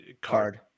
card